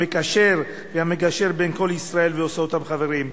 המקשר והמגשר בין כל ישראל ועושה אותם חברים.